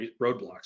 roadblocks